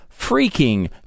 freaking